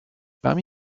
parmi